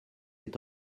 est